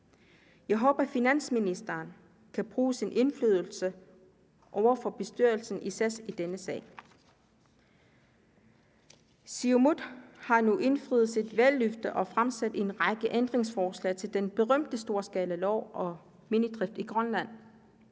Jeg håber, finansministeren vil bruge sin indflydelse over for bestyrelsen i SAS i denne sag. Kl. 16:25 Siumut har nu indfriet sit valgløfte og fremsat en række ændringsforslag til den berømte storskalalov om minedrift i Grønland,